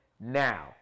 now